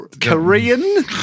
Korean